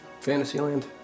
Fantasyland